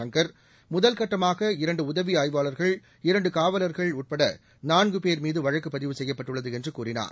சங்கர் முதல்கட்டமாக இரண்டு உதவி ஆய்வாளர்கள் இரண்டு காவலர்கள் உட்பட நான்கு பேர் மீது வழக்குப் பதிவு செய்யப்பட்டுள்ளது என்று கூறினார்